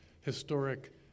historic